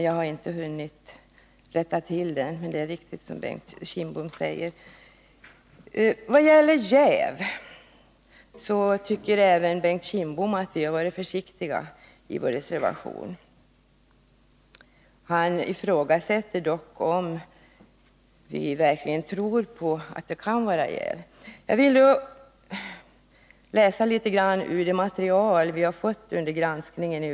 Jag har inte hunnit rätta till det, men det är riktigt som Bengt Kindbom säger. Vad gäller jäv tycker även Bengt Kindbom att vi har varit försiktiga i vår reservation. Han ifrågasätter dock om vi verkligen tror på att det kan vara jäv. Jag vill läsa litet ur det material som vi har fått i utskottet till granskningen.